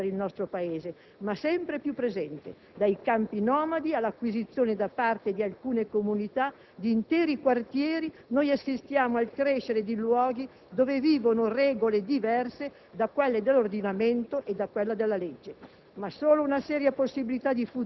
che sono una realtà inaccettabile per il nostro Paese, ma sempre più presente. Dai campi nomadi e da interi quartieri acquisiti da alcune comunità, assistiamo al crescere di luoghi dove vivono regole diverse da quelle dell'ordinamento e da quelle della legge,